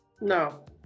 No